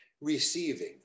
receiving